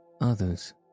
others